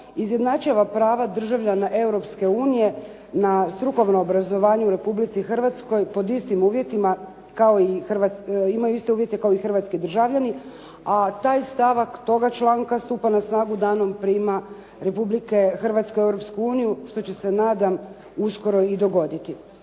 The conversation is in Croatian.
izjednačava prava državljana Europske unije na strukovno obrazovanje u Republici Hrvatskoj pod istim uvjetima, imaju iste uvjete kao i hrvatski državljani a taj stavak toga članka stupa na snagu danom prijema Republike Hrvatske u Europsku uniju što će se nadam uskoro i dogoditi.